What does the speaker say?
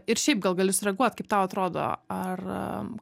ir šiaip gal gali sureaguot kaip tau atrodo ar